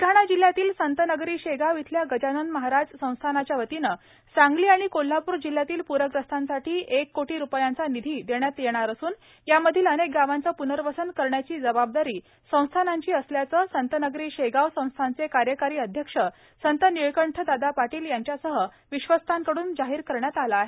ब्लडाणा जिल्ह्यातील संतनगरी शेगाव येथील गजानन महाराज संस्थानच्या वतीने सांगली आणि कोल्हापूर जिल्ह्यातील पूरग्रस्तांसाठी एक कोटी रुपयांचा निधी देण्यात येणार असून यामधील अनेक गावांचे पूनर्वसन करण्याची जबाबदारी संस्थांनांची असल्याचे संतनगरी शेगाव येथील संस्थानचे कार्यकारी अध्यक्ष संत निळकंठदादा पाटील यांच्यासह विश्वस्तांकडून जाहीर करण्यात आले आहे